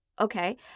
okay